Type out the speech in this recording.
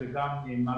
לומר.